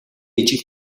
ижил